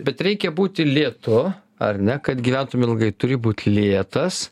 bet reikia būti lėtu ar ne kad gyventum ilgai turi būt lėtas